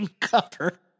cover